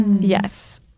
Yes